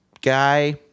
guy